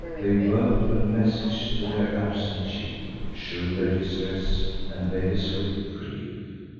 they vote a message to their absent chief, shew their distress, and beg a swift relief.